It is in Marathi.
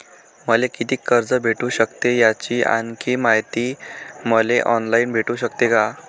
मले कितीक कर्ज भेटू सकते, याची आणखीन मायती मले ऑनलाईन भेटू सकते का?